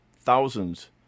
thousands